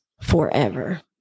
forever